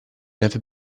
never